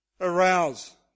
arouse